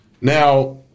Now